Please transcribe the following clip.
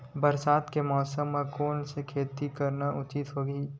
बरसात के मौसम म कोन से खेती करना उचित होही?